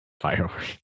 fireworks